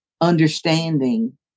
understanding